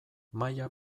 maila